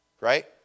Right